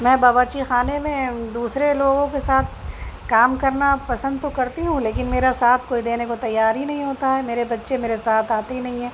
میں باورچی خانے میں دوسرے لوگوں کے ساتھ کام کرنا پسند تو کرتی ہوں لیکن میرا ساتھ کوئی دینے کو تیار ہی نہیں ہوتا ہے میرے بچے میرے ساتھ آتے ہی نہیں ہیں